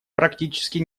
практически